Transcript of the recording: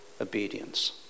obedience